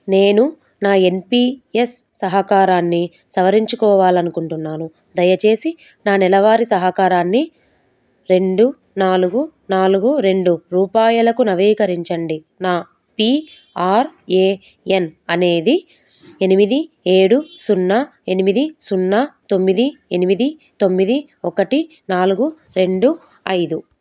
నేను నా N P S సహకారాన్ని సవరించుకోవాలి అనుకుంటున్నాను దయచేసి నా నెలవారీ సహకారాన్ని రెండు నాలుగు నాలుగు రెండు రూపాయలకు నవీకరించండి నా పీ ఆర్ ఏ ఎన్ అనేది ఎనిమిది ఏడు సున్నా ఎనిమిది సున్నా తొమ్మిది ఎనిమిది తొమ్మిది ఒకటి నాలుగు రెండు ఐదు